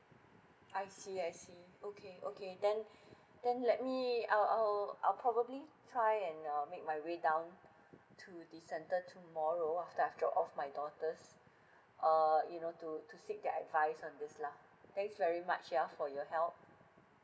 I see I see okay okay then then let me I'll I'll I'll probably try and um make my way down to the centre tomorrow after I've drop off my daughters uh you know to to seek the advice on this lah thanks very much yeah for your help